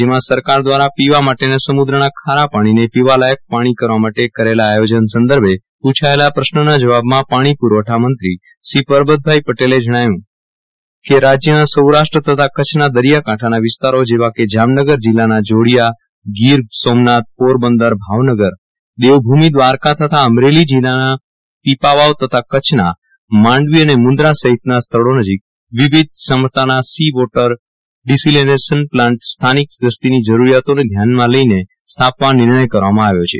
રાજ્યમાં સરકાર દ્વારા પીવા માટે સમુદ્રના ખારા પાણીને પીવાલાયક પાણી કરવા માટે કરેલા આયોજન સંદર્ભે પૂછાયેલા પ્રશ્નના જવાબમાં પાણી પુરવઠા મંત્રી શ્રી પરબતભાઇ પટેલે જણાવ્યુ હતું કે રાજ્યના સૌરાષ્ટ્ર તથા કચ્છના દરિયાકાંઠાના વિસ્તારો જેવા કે જામનગર જિલ્લાના જોડિયા ગીરસોમનાથ પોરબંદર ભાવનગર દેવભૂમિ દ્વારકા તથા અમરેલી જિલ્લાના પીપાવાવ તથા કચ્છના માંડવી અને મુન્દ્રા સહિતના સ્થળો નજીક વિવિધ ક્ષમતાના સી વોટર ડિસેલિનેશન પ્લાન્ટ સ્થાનિક વસ્તીની જરૂરિયાતો ને ધ્યાને લઈને સ્થાપવા નિર્ણય કરવામાં આવ્યો છે